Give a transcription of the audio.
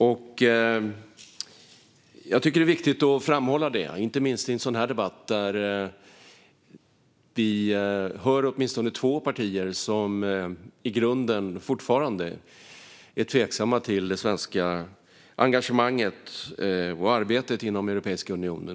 Jag tycker att det är viktigt att framhålla det, inte minst i en sådan här debatt där vi hör åtminstone två partier som i grunden fortfarande är tveksamma till det svenska engagemanget i och arbetet inom Europeiska unionen.